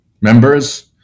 members